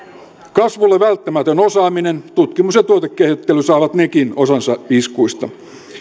kasvulle välttämätön osaaminen tutkimus ja tuotekehittely saavat nekin osansa iskuista